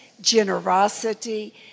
generosity